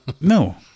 No